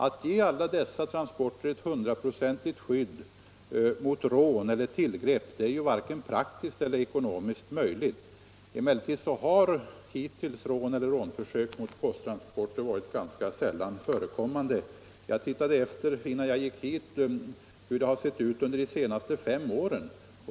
Att ge alla dessa ett 100-procentigt skydd mot rån eller tillgrepp är ju varken praktiskt eller ekonomiskt möjligt. Emellertid har hittills rån eller rånförsök mot posttransporter varit ganska sällan förekommande. Jag tittade efter innan jag gick hit hur det har varit under de senaste fem åren.